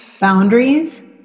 boundaries